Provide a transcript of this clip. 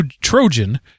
trojan